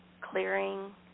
Clearing